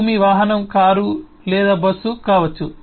భూమి వాహనం కారు లేదా బస్సు కావచ్చు